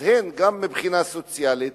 אז גם מבחינה סוציאלית